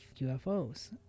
UFOs